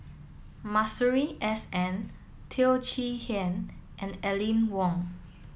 Masuri S N Teo Chee Hean and Aline Wong